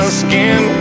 skin